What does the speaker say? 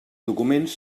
documents